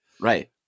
right